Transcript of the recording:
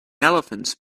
elephants